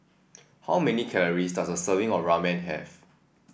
how many calorie does a serving of Ramen have